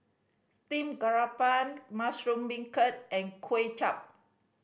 steam garoupa mushroom beancurd and Kway Chap